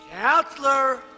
Counselor